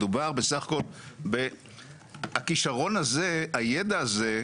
מדובר בסך הכל, הכישרון הזה, הידע הזה,